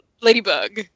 Ladybug